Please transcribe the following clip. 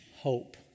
hope